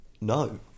no